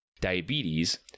diabetes